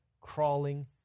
crawling